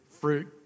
fruit